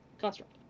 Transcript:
construct